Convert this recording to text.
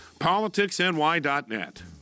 politicsny.net